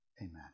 Amen